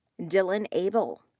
dylan abell.